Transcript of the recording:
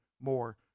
more